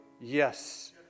yes